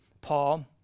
Paul